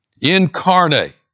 Incarnate